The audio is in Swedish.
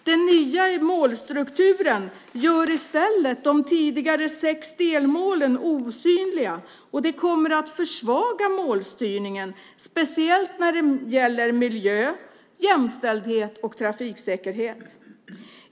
Den nya målstrukturen gör i stället de tidigare sex delmålen osynliga, och det kommer att försvaga målstyrningen, speciellt när det gäller miljö, jämställdhet och trafiksäkerhet.